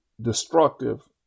destructive